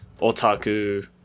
otaku